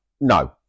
No